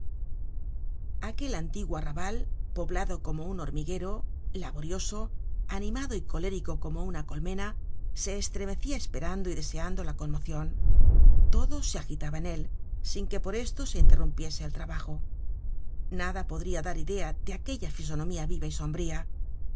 aquel antiguo arrabal poblado como un hormiguero laborioso animado y colérico como una colmena se estremecia esperando y deseando la conmocion todo se agitaba en él sin que por esto se interrumpiese el trabajo nada podria dar idea de aquella fisonomía viva y sombría